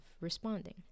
responding